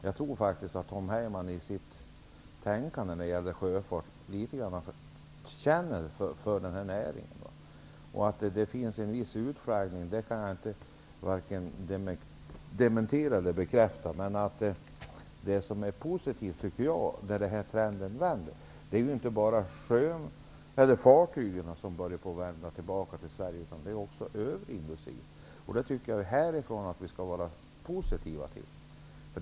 Jag tror att han känner för sjöfartsnäringen. Att det förekommer en viss utflaggning kan jag varken dementera eller bekräfta. Det som är positivt -- det som innebär att trenden vänder -- är att inte bara fartygen börjar vända tillbaka till Sverige utan att också övrig industri gör det. Det tycker jag att vi skall vara positiva till.